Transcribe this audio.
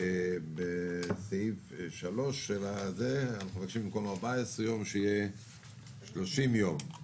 בסעיף (3) אנחנו מבקשים במקום 14 יום שיהיה 30 יום.